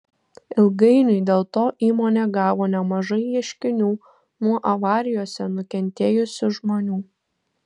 ilgainiui dėl to įmonė gavo nemažai ieškinių nuo avarijose nukentėjusių žmonių